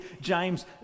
James